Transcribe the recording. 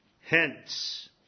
Hence